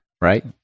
right